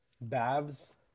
Babs